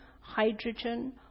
hydrogen